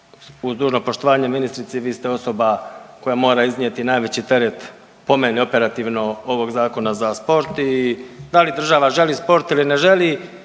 uz dužno poštovanje ministrici vi ste osoba koja mora iznijeti najveći teret po meni operativno ovog Zakona za spor. I da li država želi sport ili ne želi